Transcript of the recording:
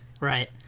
right